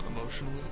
emotionally